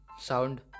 sound